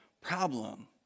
problem